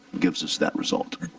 gives us that result?